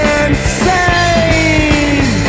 insane